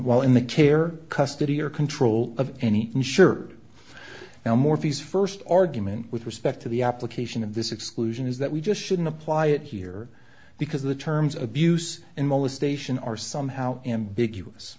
while in the care custody or control of any insured now morphy's first argument with respect to the application of this exclusion is that we just shouldn't apply it here because the terms abuse and molestation are somehow ambiguous